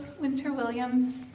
Winter-Williams